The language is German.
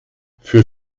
für